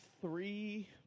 three